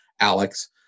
Alex